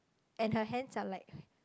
and her hands are like